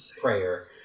prayer